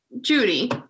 Judy